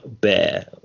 Bear